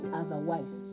otherwise